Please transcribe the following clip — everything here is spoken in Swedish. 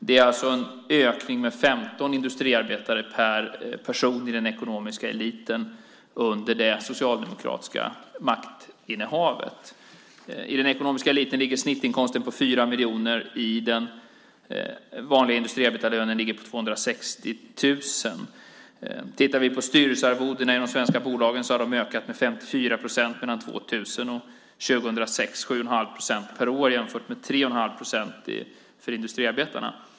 Det är alltså en ökning med 15 industriarbetarlöner per person i den ekonomiska eliten under det socialdemokratiska maktinnehavet. I den ekonomiska eliten ligger snittinkomsten på 4 miljoner. Den vanliga industriarbetarlönen ligger på 260 000. Styrelsearvodena i de svenska bolagen har ökat med 54 procent mellan 2000 och 2006. Det är 7 1⁄2 procent per år jämfört med 3 1⁄2 procent för industriarbetarna.